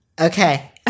okay